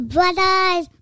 Brothers